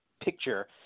picture